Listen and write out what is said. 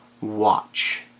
watch